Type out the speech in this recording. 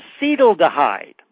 acetaldehyde